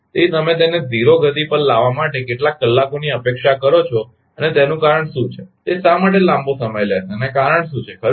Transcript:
તેથી તમે તેને 0 ગતિ પર લાવવા માટે કેટલા કલાકોની અપેક્ષા કરો છો અને તેનું કારણ શું છે તે શા માટે લાંબો સમય લેશે અને કારણ શું છે ખરુ ને